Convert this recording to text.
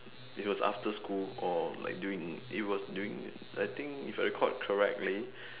it was after school or like during it was during I think if I recalled correct